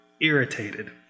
irritated